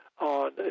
on